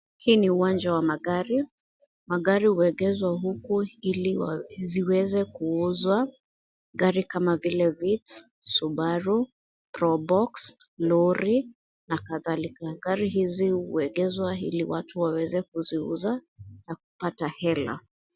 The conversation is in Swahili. Hii ni uwanja wa magari. Magari huegezwa huku ili ziweze kuuzwa. Gari kama vile Vitz, Subaru, Probox, lori na kadhalika. Gari hizi huegezwa ili watu waweze kuziuza na kupata hela.